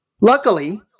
Luckily